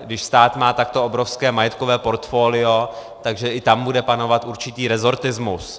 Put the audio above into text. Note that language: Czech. když stát má takto obrovské majetkové portfolio, tak že i tam bude panovat určitý resortismus.